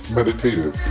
meditative